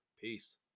Peace